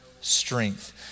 strength